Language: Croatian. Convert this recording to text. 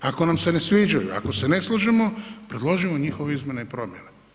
Ako nam se ne sviđaju, ako se ne slažemo, predložimo njihove izmjene i promjene.